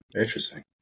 Interesting